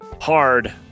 hard